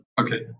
Okay